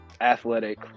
athletic